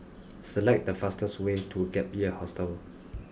select the fastest way to Gap Year Hostel